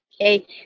Okay